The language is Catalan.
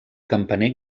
campaner